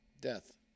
death